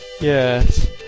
Yes